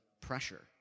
pressure